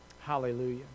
Hallelujah